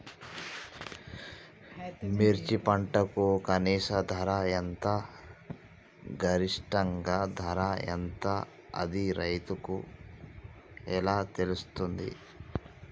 మిర్చి పంటకు కనీస ధర ఎంత గరిష్టంగా ధర ఎంత అది రైతులకు ఎలా తెలుస్తది?